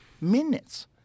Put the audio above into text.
minutes